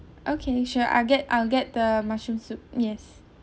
okay sure I'll get I'll get the mushroom soup yes